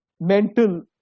mental